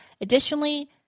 Additionally